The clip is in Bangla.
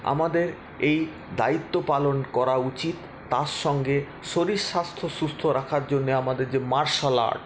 আমাদের এই দায়িত্ব পালন করা উচিত তার সঙ্গে শরীর স্বাস্থ্য সুস্থ রাখার জন্যে আমাদের যে মার্শাল আর্ট